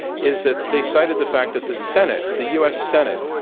is that they cited the fact that the senate the u. s. senate,